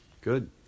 good